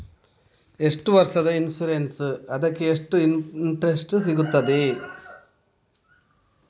ಎಷ್ಟು ವರ್ಷದ ಇನ್ಸೂರೆನ್ಸ್ ಅದಕ್ಕೆ ಎಷ್ಟು ಇಂಟ್ರೆಸ್ಟ್ ಸಿಗುತ್ತದೆ?